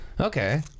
Okay